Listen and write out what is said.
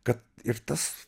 kad ir tas